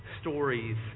stories